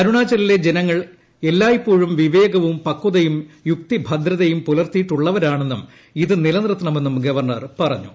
അരുണാചലിലെ ജനങ്ങളെല്ലായ്പ്പോഴും വിവേകവും പക്ഷതയും യുക്തിഭദ്രതയും പുലർത്തിയിട്ടുള്ളവരാണെന്നും ഇത് നിലനിർത്ത ണമെന്നും ഗവർണർ പറഞ്ഞു